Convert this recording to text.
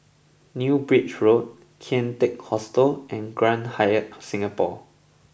New Bridge Road Kian Teck Hostel and Grand Hyatt Singapore